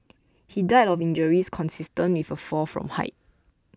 he died of injuries consistent with a fall from height